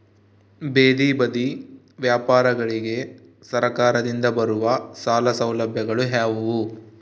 ಬೇದಿ ಬದಿ ವ್ಯಾಪಾರಗಳಿಗೆ ಸರಕಾರದಿಂದ ಬರುವ ಸಾಲ ಸೌಲಭ್ಯಗಳು ಯಾವುವು?